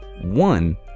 One